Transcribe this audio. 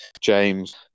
James